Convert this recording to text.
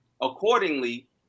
Accordingly